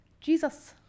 Jesus